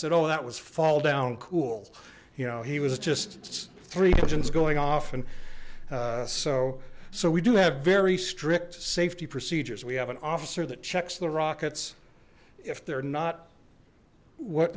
said oh that was fall down cool you know he was just three engines going off and so so we do have very strict safety procedures we have an officer that checks the rockets if they're not what